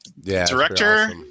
Director